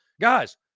guys